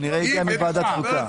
הוא כנראה הגיע מוועדת החוקה.